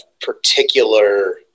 particular